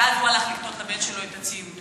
ואז הוא הלך לקנות לבן שלו את הציוד.